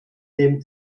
dem